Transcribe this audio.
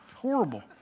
horrible